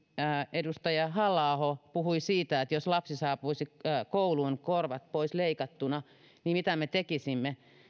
edustaja halla aho puhui siitä että jos lapsi saapuisi kouluun korvat pois leikattuina niin mitä me tekisimme